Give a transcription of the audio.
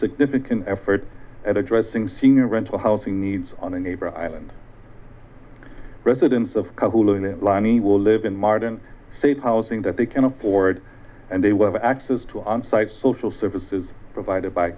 significant effort at addressing senior rental housing needs on a neighbor island residents of kabul and lanny will live in martin said housing that they can afford and they will have access to onsite social services provided by